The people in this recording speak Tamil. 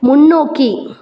முன்னோக்கி